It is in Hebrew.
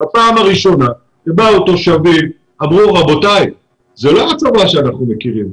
בפעם הראשונה באו התושבים ואמרו שזה לא הצבא שאנחנו מכירים,